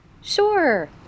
Sure